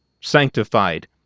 sanctified